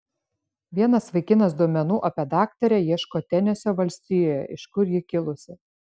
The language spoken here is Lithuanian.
vienas vaikinas duomenų apie daktarę ieško tenesio valstijoje iš kur ji kilusi